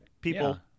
people